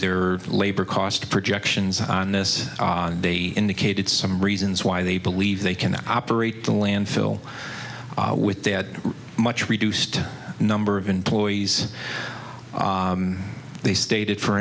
their labor cost projections on this they indicated some reasons why they believe they can operate the landfill with that much reduced number of employees they stated